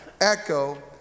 Echo